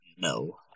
No